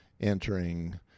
entering